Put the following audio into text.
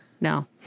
No